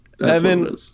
Evan